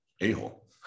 a-hole